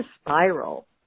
spiral